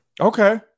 Okay